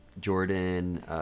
Jordan